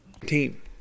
Team